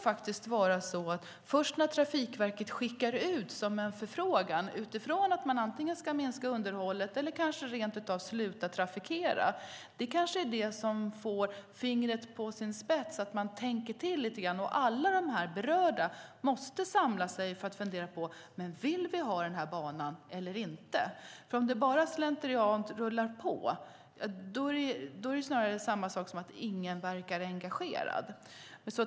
Först när Trafikverket skickar ut en förfrågan utifrån att man ska minska underhållet eller upphöra med trafiken, och då kan frågan ställas på sin spets. Alla berörda måste fundera på om de vill ha banan kvar eller inte. Om det bara rullar på av slentrian är det som att ingen verkar engagerad.